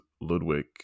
Ludwig